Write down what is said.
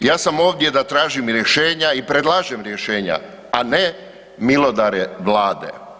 Ja sam ovdje da tražim rješenja i predlažem rješenja a ne milodare Vlade.